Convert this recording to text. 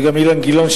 וגם אילן גילאון,